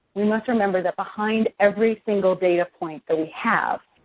we must remember that behind every single data point that we have,